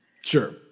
Sure